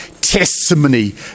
testimony